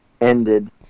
Ended